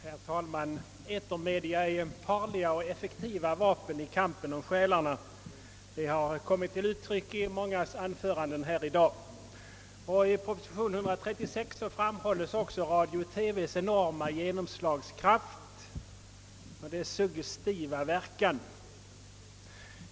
Herr talman! Etermedia är effektiva och farliga vapen i kampen om själarna, vilket framhållits i många anföranden här i dag. I propositionen 136 understryks också radio-TV:s enorma genomslagskraft och dess suggestiva verkan.